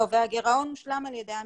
לא, והגירעון הושלם על ידי המכללה.